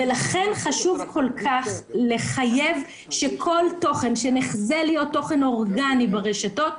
לכן חשוב כל כך לחייב שכל תוכן שנחזה להיות תוכן אורגני ברשתות,